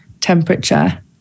temperature